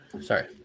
Sorry